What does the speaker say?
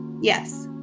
Yes